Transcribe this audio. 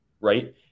right